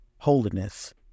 Holiness